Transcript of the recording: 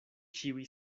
ĉiuj